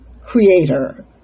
creator